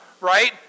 right